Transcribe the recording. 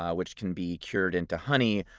ah which can be cured into honey,